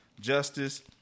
justice